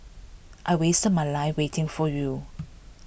I wasted my life waiting for you